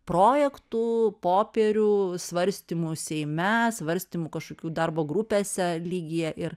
projektų popierių svarstymų seime svarstymų kažkokių darbo grupėse lygyje ir